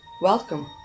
Welcome